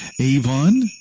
Avon